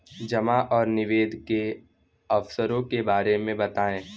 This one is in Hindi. जमा और निवेश के अवसरों के बारे में बताएँ?